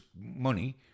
money